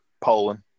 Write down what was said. Poland